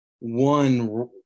one